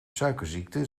suikerziekte